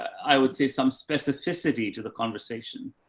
i would say some specificity to the conversation.